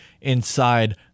inside